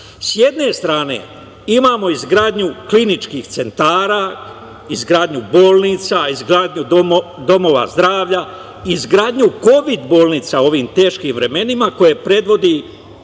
S jedne strane imamo izgradnju kliničkih centara, izgradnju bolnica, izgradnju domova zdravlja, izgradnju kovid bolnica u ovim teškim vremenima koje predvodi